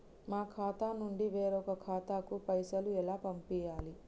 మా ఖాతా నుండి వేరొక ఖాతాకు పైసలు ఎలా పంపియ్యాలి?